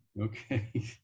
Okay